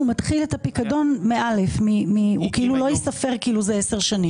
הוא מתחיל את הפיקדון מ-א'; זה לא ייספר כאילו זה עשר שנים.